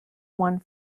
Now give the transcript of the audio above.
one